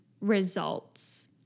results